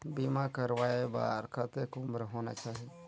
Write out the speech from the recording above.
बीमा करवाय बार कतेक उम्र होना चाही?